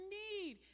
need